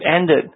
ended